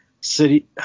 City